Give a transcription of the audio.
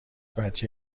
بچه